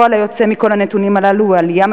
הפועל היוצא מכל הנתונים הללו הוא עלייה